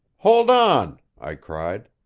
hold on! i cried.